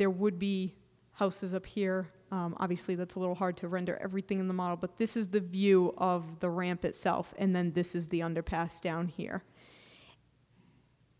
there would be houses appear obviously that's a little hard to render everything in the model but this is the view of the ramp itself and then this is the underpass down here